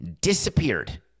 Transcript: Disappeared